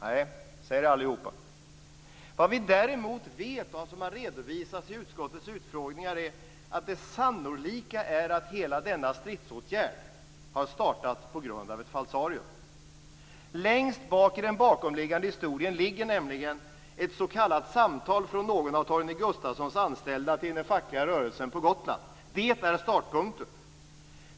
Nej, säger allihopa. Vad vi däremot vet, och vad som har redovisats i utskottets utfrågningar, är att det sannolika är att hela denna stridsåtgärd har startats på grund av ett falsarium. Längst bak i den bakomliggande historien ligger nämligen ett s.k. samtal från någon av Torgny Gustafssons anställda till den fackliga rörelsen på Gotland. Det är startpunkten.